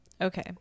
Okay